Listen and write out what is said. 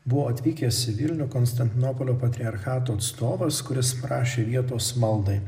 buvo atvykęs į vilnių konstantinopolio patriarchato atstovas kuris prašė vietos maldai